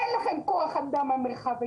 אין לכם כוח אדם במרחב העירוני,